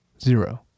Zero